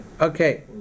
okay